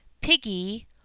Piggy